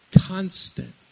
Constant